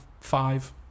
five